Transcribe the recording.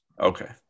Okay